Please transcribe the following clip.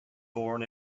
born